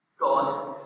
God